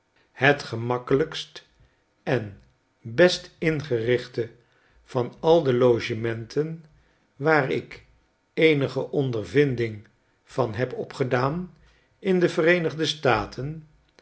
het gemakkelijkst en best ingerichte van al de logementen waar ik eenige ondervinding van heb opgedaan in de vereenigde staten